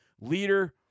leader